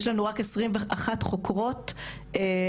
יש לנו רק 21 חוקרות ערביות.